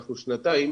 אנחנו שנתיים